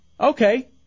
Okay